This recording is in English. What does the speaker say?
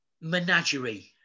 menagerie